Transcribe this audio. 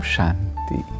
Shanti